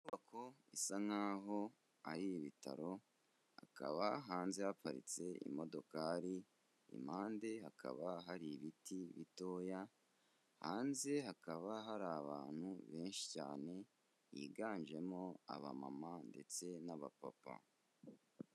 Inyubako bisa nkaho ari ibitaro, akaba hanze haparitse imodokari, impande hakaba hari ibiti bitoya, hanze hakaba hari abantu benshi cyane, biganjemo abamama ndetse n'abapapa.